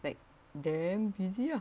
like damn busy lah